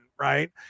Right